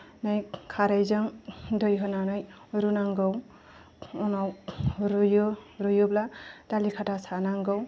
खारैजों दै होनानै रुनांगौ उनाव रुयो रुयोब्ला दालि खाथा सानांगौ